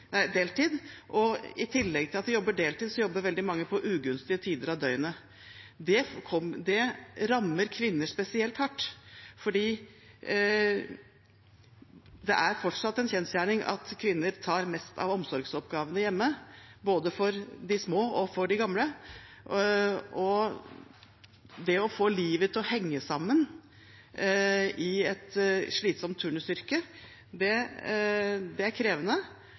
deltid, og i tillegg til at de jobber deltid, jobber veldig mange på ugunstige tider av døgnet. Det rammer kvinner spesielt hardt fordi det fortsatt er en kjensgjerning at kvinner tar mest av omsorgsoppgavene hjemme, både for de små og for de gamle. Det å få livet til å henge sammen i et slitsomt turnusyrke, er krevende. Når da arbeidet på et sykehus er så slitsomt og tøft som det er,